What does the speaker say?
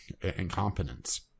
incompetence